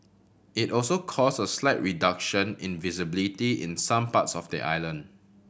it also caused a slight reduction in visibility in some parts of the island